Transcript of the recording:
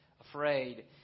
afraid